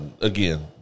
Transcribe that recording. again